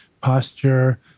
posture